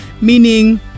meaning